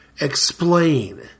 explain